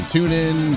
TuneIn